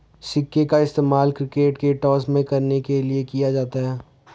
सिक्के का इस्तेमाल क्रिकेट में टॉस करने के लिए किया जाता हैं